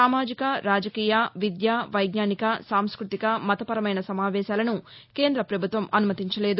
సామాజిక రాజకీయ విద్య వైజ్ఞానిక సాంస్తృతిక మతపరమైన సమావేశాలను కేంద్ర పభుత్వం అనుమతించలేదు